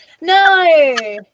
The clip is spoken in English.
no